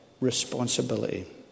responsibility